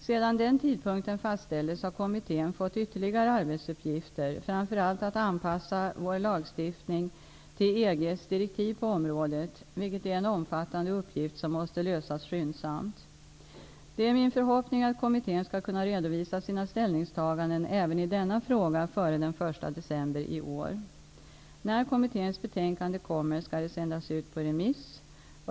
Sedan den tidpunkten fastställdes har kommittén fått ytterligare arbetsuppgifter, framför allt att anpassa vår lagstiftning till EG:s direktiv på området, vilket är en omfattande uppgift som måste lösas skyndsamt. Det är min förhoppning att kommittén skall kunna redovisa sina ställningstaganden även i denna fråga före den 1 december i år. När kommitténs betänkande kommer, skall det sändas ut på remiss.